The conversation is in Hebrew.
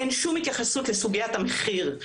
אין שום התייחסות לסוגיית המחיר.